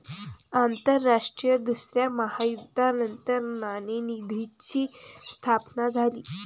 आंतरराष्ट्रीय दुसऱ्या महायुद्धानंतर नाणेनिधीची स्थापना झाली